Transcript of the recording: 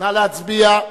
נא להצביע.